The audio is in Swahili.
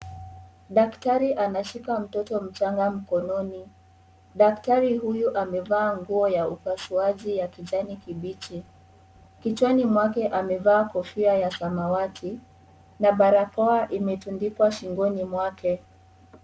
Daktari anashika mtoto mchanga mkononi. Daktari huyu amevaa nguo ya upasuaji ya kijani kibichi. Kichwani mwake amevaa kofia ya samawati na balakoa imetundikwa shingoni mwake.